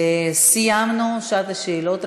סיימנו את שעת השאלות,